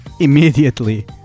immediately